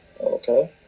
Okay